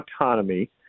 autonomy